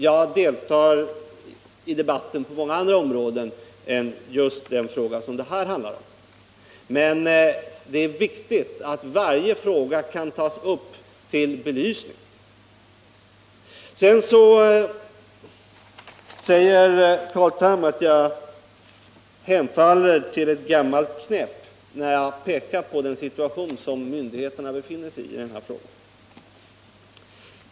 Jag deltar i debatten på många andra områden än just det som den här frågan hänför sig till, och det är viktigt att varje fråga kan tas upp till belysning. Sedan säger Carl Tham att jag hemfaller åt ett gammalt knep, när jag pekar på den situation som myndigheterna i denna fråga befinner sig i.